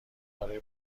برای